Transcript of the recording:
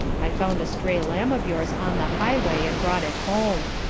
i found a stray lamb of yours on the highway, and brought it home.